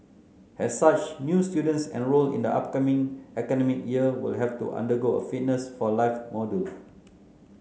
as such new students enrolled in the upcoming academic year will have to undergo a Fitness for life module